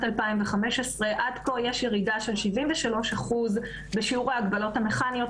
2015. עד כה יש ירידה של 73 אחוז בשיעור ההגבלות המכניות.